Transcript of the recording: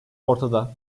ortada